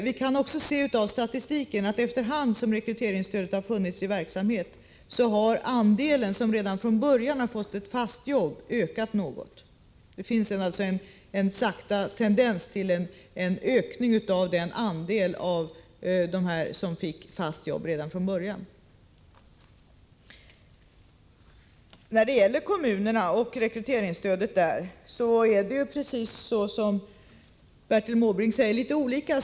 Vi kan av statistiken också se att efter hand som rekryteringsstödet har kommit till användning har andelen personer som redan från början har fått ett fast jobb ökat något. Denna andel tenderar alltså att långsamt öka. Som Bertil Måbrink säger utnyttjar kommunerna rekryteringsstödet litet olika.